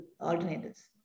alternatives